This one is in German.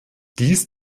dies